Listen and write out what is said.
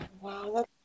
wow